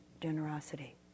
generosity